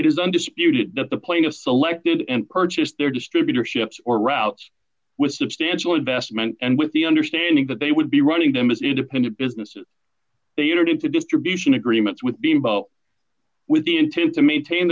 is undisputed that the plaintiff selected and purchased their distributorships or routes with substantial investment and with the understanding that they would be running them as independent businesses they entered into distribution agreements with being bought with the intent to maintain